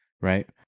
right